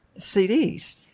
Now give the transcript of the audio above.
CDs